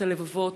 את הלבבות,